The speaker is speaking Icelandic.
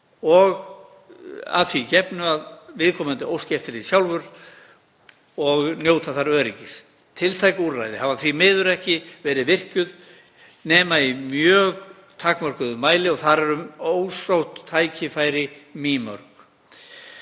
og að því gefnu að viðkomandi óski eftir því sjálfur og njóti þar öryggis. Tiltæk úrræði hafa því miður ekki verið virkjuð nema í mjög takmörkuðum mæli og þar eru ósótt tækifæri mýmörg.